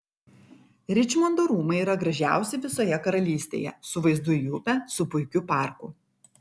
ričmondo rūmai yra gražiausi visoje karalystėje su vaizdu į upę su puikiu parku